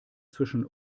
zwischen